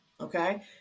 okay